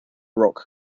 rock